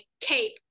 cape